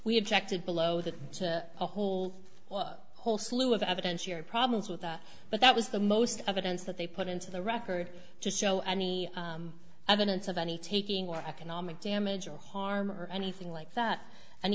to below that to a whole whole slew of evidence your problems with that but that was the most evidence that they put into the record to show any evidence of any taking or economic damage or harm or anything like that and